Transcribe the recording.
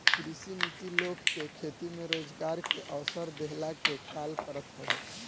कृषि नीति लोग के खेती में रोजगार के अवसर देहला के काल करत हवे